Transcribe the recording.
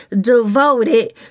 devoted